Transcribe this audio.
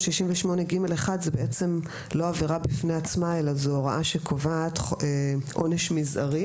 368ג1 זאת לא עבירה בפני עצמה אלא זו הוראה שקובעת עונש מזערי